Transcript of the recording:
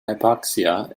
hypoxia